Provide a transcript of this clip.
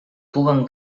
puguen